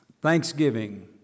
Thanksgiving